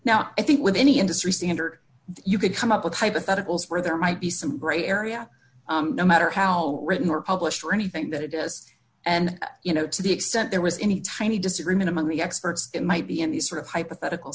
now i think with any industry standard you could come up with hypotheticals where there might be some bright area no matter how written or published or anything that is and you know to the extent there was any tiny disagreement among the experts it might be any sort of hypothetical